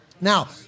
Now